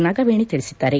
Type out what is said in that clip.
ನಾಗವೇಣಿ ತಿಳಿಸಿದ್ದಾರೆ